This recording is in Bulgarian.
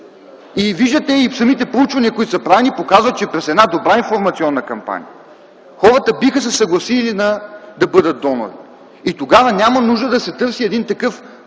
И виждате, че самите проучвания, които са правени, показват, че при една добра информационна кампания хората биха се съгласили да бъдат донори. И тогава няма нужда да се търси по-сложен